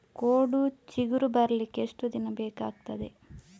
ಕೋಡು ಚಿಗುರು ಬರ್ಲಿಕ್ಕೆ ಎಷ್ಟು ದಿನ ಬೇಕಗ್ತಾದೆ?